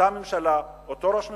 אותה ממשלה, אותו ראש ממשלה,